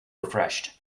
refreshed